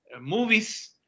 movies